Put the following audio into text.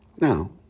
Now